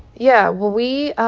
yeah. well, we,